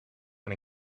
and